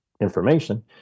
information